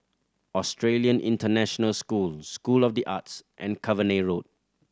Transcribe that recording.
Australian International School School of The Arts and Cavenagh Road